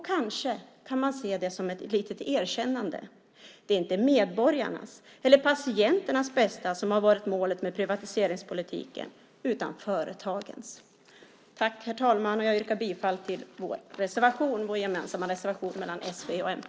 Kanske kan man se det som ett litet erkännande av att det inte är medborgarnas eller patienternas bästa som har varit målet med privatiseringspolitiken utan företagens. Herr talman! Jag yrkar bifall till vår gemensamma reservation från s, v och mp.